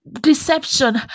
deception